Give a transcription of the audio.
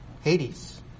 Hades